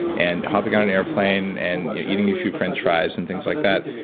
and hopping on an airplane and eating a few french fries and things like that,